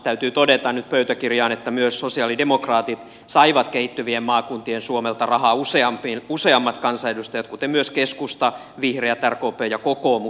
täytyy todeta nyt pöytäkirjaan että myös sosialidemokraatit saivat kehittyvien maakuntien suomelta rahaa useammat kansanedustajat kuten myös keskusta vihreät rkp ja kokoomuskin